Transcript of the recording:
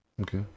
Okay